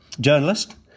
journalist